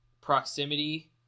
proximity